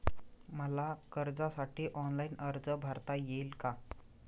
मला कर्जासाठी ऑनलाइन अर्ज भरता येईल का?